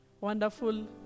wonderful